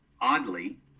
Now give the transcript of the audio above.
oddly